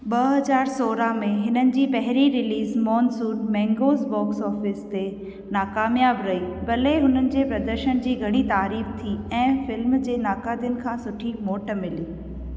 ॿ हज़ार सोरहां में हिननि जी पहिरीं release Monsoon Mangoes box office ते नाकामयाबु रही भले हुननि जे प्रदर्शन जी घणी तारीफ थी ऐं फ़िल्म जे नक़ादनि खां सुठी मोट मिली